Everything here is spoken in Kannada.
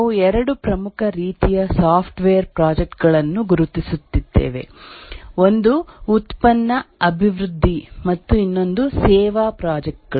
ನಾವು ಎರಡು ಪ್ರಮುಖ ರೀತಿಯ ಸಾಫ್ಟ್ವೇರ್ ಪ್ರಾಜೆಕ್ಟ್ ಗಳನ್ನು ಗುರುತಿಸುತ್ತೇವೆ ಒಂದು ಉತ್ಪನ್ನ ಅಭಿವೃದ್ಧಿ ಮತ್ತು ಇನ್ನೊಂದು ಸೇವಾ ಪ್ರಾಜೆಕ್ಟ್ ಗಳು